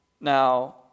Now